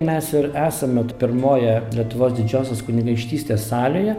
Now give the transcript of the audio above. mes ir esame pirmoje lietuvos didžiosios kunigaikštystės salėje